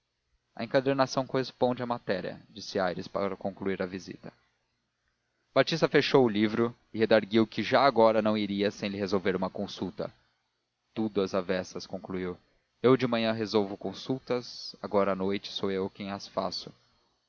a encadernação corresponde à matéria disse aires para concluir a visita batista fechou o livro e redarguiu que já agora não iria sem lhe resolver uma consulta tudo às avessas concluiu eu de manhã resolvo consultas agora à noite sou eu que as faço